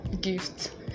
gift